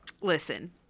listen